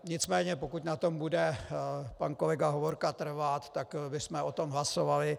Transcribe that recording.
Nicméně pokud na tom bude pan kolega Hovorka trvat, tak bychom o tom hlasovali.